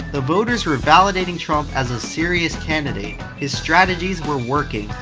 the voters were validating trump as a serious candidate. his strategies were working.